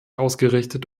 ausgerichtet